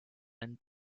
and